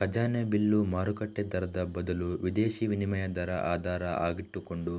ಖಜಾನೆ ಬಿಲ್ಲು ಮಾರುಕಟ್ಟೆ ದರದ ಬದಲು ವಿದೇಶೀ ವಿನಿಮಯ ದರ ಆಧಾರ ಆಗಿಟ್ಟುಕೊಂಡು